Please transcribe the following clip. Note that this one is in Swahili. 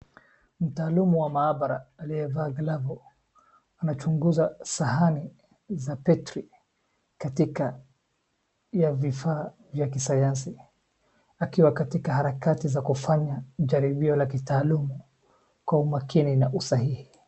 Mtaalumu wa maabara aliyevaa glavu anachunguza sahani za betri katika ya vifaa vya kisayansi akiwa katika harakati za kufanya jaribio la kitaalumu kwa umakini na usahihi.